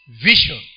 vision